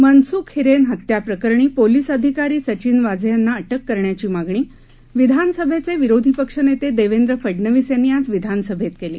मनसुख हिरेन हत्याप्रकरणी पोलीस अधिकारी सचिन वाझे यांना अटक करण्याची मागणी विधानसभेचे विरोधी पक्षनेते देवेंद्र फडणवीस यांनी आज विधानसभेत केली